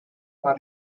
for